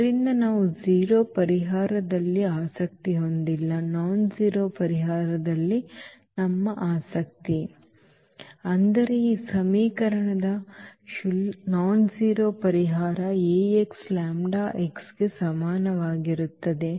ಆದ್ದರಿಂದ ನಾವು 0 ಪರಿಹಾರದಲ್ಲಿ ಆಸಕ್ತಿ ಹೊಂದಿಲ್ಲ ನಾನ್ಜೆರೋ ಪರಿಹಾರದಲ್ಲಿ ನಮ್ಮ ಆಸಕ್ತಿ ಅಂದರೆ ಈ ಸಮೀಕರಣದ ಕ್ಷುಲ್ಲಕವಲ್ಲದ ಪರಿಹಾರ Ax ಲ್ಯಾಂಬ್ಡಾ x ಗೆ ಸಮಾನವಾಗಿರುತ್ತದೆ